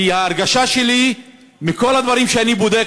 כי ההרגשה שלי מכל הדברים שאני בודק